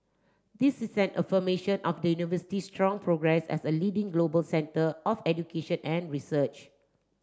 this is an affirmation of the university strong progress as a leading global centre of education and research